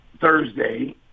Thursday